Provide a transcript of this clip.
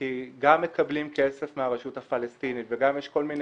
כי גם מקבלי כסף מהרשות הפלסטינית וגם יש כל מיני